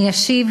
אני אשיב,